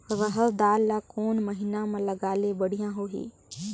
रहर दाल ला कोन महीना म लगाले बढ़िया होही?